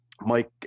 Mike